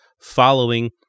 following